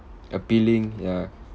appealing ya